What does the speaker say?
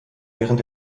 während